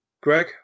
Greg